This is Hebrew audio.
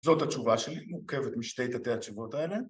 זאת התשובה שלי מורכבת משתי תתי-התשובות האלה